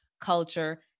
culture